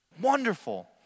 Wonderful